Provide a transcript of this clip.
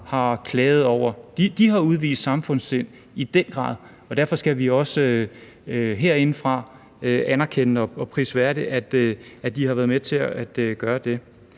har klaget. De har i den grad udvist samfundssind, og derfor skal vi også herindefra anerkende og prise, at de har været med til at gøre det.